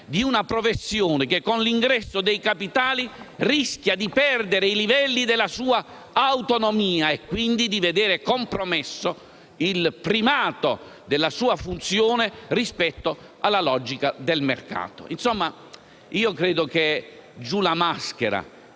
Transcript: di una professione che, con l'ingresso dei capitali, rischia di perdere i livelli della sua autonomia e, quindi, di vedere compromesso il primato della sua funzione rispetto alla logica del mercato. Insomma, giù la maschera: